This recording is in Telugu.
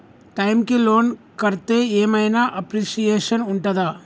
టైమ్ కి లోన్ కడ్తే ఏం ఐనా అప్రిషియేషన్ ఉంటదా?